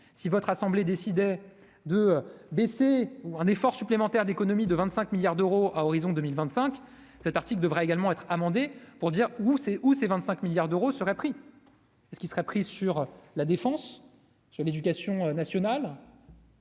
si votre assemblée décidait de baisser ou un effort supplémentaire d'économies de 25 milliards d'euros à horizon 2025 cet article devrait également être pour dire où c'est où, c'est 25 milliards d'euros serait pris et ce qui serait prise sur la défense je l'éducation nationale.